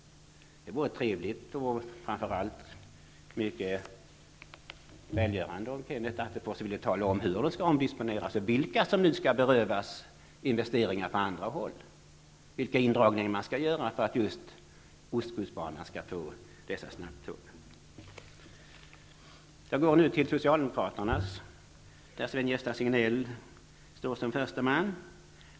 Det vore trevligt och framför allt mycket välgörande om Kenneth Attefors ville tala om hur de skall omdisponeras och vilka andra banor som skall berövas investeringar. Vilka indragningar skall man göra för att just ostkustbanan skall få snabbtåg? Jag övergår nu till Socialdemokraternas reservationer med Sven-Gösta Signell som första namn.